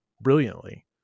brilliantly